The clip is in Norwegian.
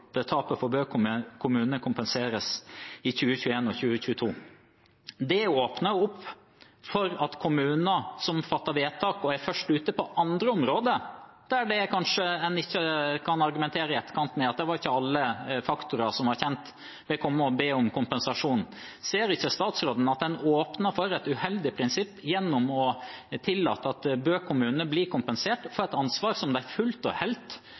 tapet for Bø kommune kompenseres i 2021 og 2022. Det åpner for at kommuner som fatter vedtak og er først ute på andre områder – der man i etterkant kanskje ikke kan argumentere med at ikke alle faktorer var kjent – vil komme og be om kompensasjon. Ser ikke statsråden at man åpner for et uheldig prinsipp gjennom å tillate at Bø kommune blir kompensert for noe som de fullt og helt